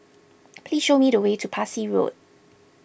please show me the way to Parsi Road